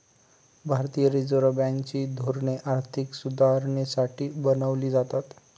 भारतीय Reserve Bank ची धोरणे आर्थिक सुधारणेसाठी बनवली जातात